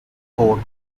coat